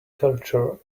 culture